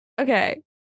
Okay